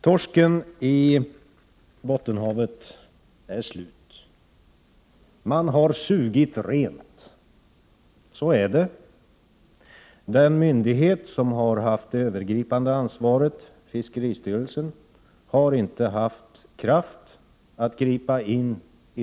Torsken i Bottenhavet är slut. Den myndighet som haft det övergripande ansvaret, fiskeristyrelsen, har inte haft kraft att gripa in.